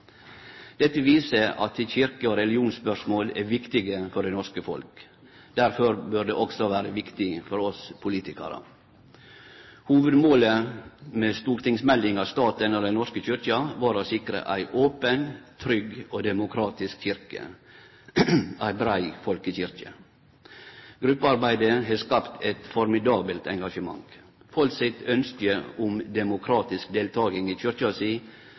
Dette viser at kyrkje- og religionsspørsmål er viktige for det norske folk. Derfor bør det også vere viktig for oss politikarar. Hovudmålet med stortingsmeldinga Staten og Den norske kirke var å sikre ei open, trygg og demokratisk kyrkje – ei brei folkekyrkje. Gruppearbeidet har skapt eit formidabelt engasjement. Folk sitt ønskje om demokratisk deltaking i